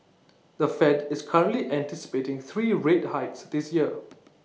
the fed is currently anticipating three rate hikes this year